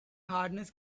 hardness